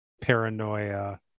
paranoia